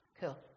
Cool